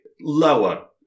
lower